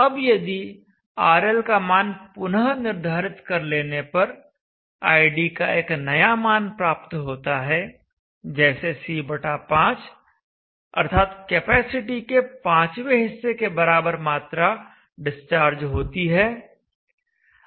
अब यदि RL का मान पुनः निर्धारित कर लेने पर id का एक नया मान प्राप्त होता है जैसे C5 अर्थात कैपेसिटी के पांचवें हिस्से के बराबर मात्रा डिस्चार्ज होती है